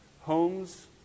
homes